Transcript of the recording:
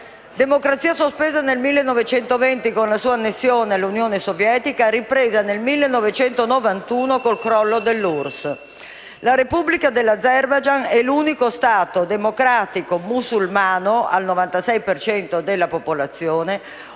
democrazia sospesa nel 1920 con la sua annessione all'Unione Sovietica e ripresa nel 1991 con il crollo dell'URSS. La Repubblica dell'Azerbaigian è l'unico Stato democratico musulmano al 96 per cento della popolazione ove